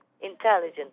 intelligent